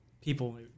people